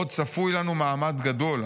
'עוד צפוי לנו מעמד גדול.